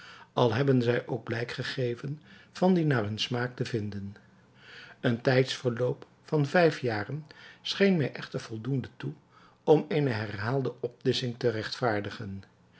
al hebben zij ook blijk gegeven van dien naar hun smaak te vinden een tijdsverloop van vijf jaren scheen mij echter voldoende toe om eene herhaalde opdissching te rechtvaardigen